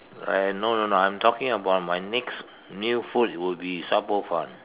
I no no no I'm talking about my next new food will be Sha-Bo-Fan